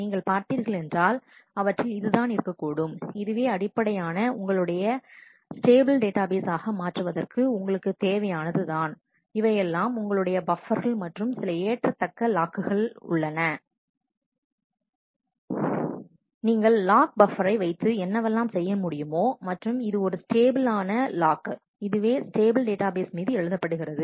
நீங்கள் பார்த்தீர்கள் என்றால் அவற்றில் இது தான் இருக்கக்கூடும் இதுவே அடிப்படையான உங்களுடைய ஸ்டேபிள் டேட்டாபேஸ் ஆக மாற்றுவதற்கு உங்களுக்கு தேவையானது தான் இவையெல்லாம் உங்களுடைய பப்பர்கள் மற்றும் சில ஏற்ற தக்க லாக்குகள் உள்ளன நீங்கள் லாக் பப்பரை வைத்து என்னவெல்லாம் செய்ய முடியுமோ மற்றும் இது ஒரு ஸ்டேபின் ஆன லாக் இதுவே ஸ்டேபிள் டேட்டாபேஸ் மீது எழுதப்படுகிறது